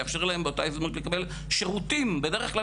לאפשר להם באותה הזדמנות,